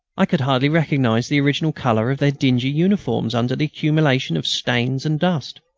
i could hardly recognise the original colour of their dingy uniforms under the accumulation of stains and dust.